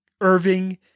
Irving